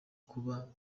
kuba